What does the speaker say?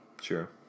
Sure